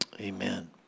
amen